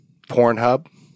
Pornhub